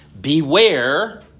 beware